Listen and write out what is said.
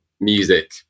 music